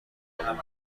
بخوابی